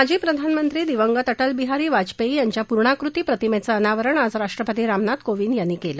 माजी प्रधानमंत्री दिवंगत अटलबिहारी वाजपेयी यांच्या पूर्णाकृती प्रतिमेचं अनावरण आज राष्ट्रपती रामनाथ कोविंद यांनी केलं